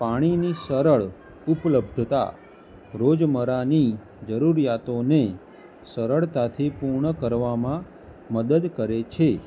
પાણીની સરળ ઉપલબ્ધતા રોજમર્રાની જરૂરિયાતોને સરળતાથી પૂર્ણ કરવામાં મદદ કરે છે